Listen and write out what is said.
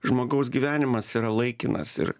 žmogaus gyvenimas yra laikinas ir